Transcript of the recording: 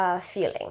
feeling